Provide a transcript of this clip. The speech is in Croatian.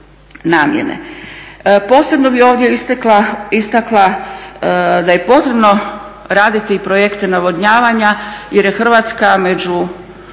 namjene. Posebno bih ovdje istakla da je potrebno raditi i projekte navodnjavanja jer je Hrvatska među